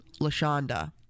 LaShonda